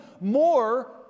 more